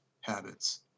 habits